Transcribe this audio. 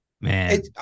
Man